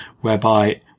whereby